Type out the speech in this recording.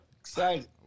Excited